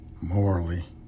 morally